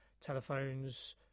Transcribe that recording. telephones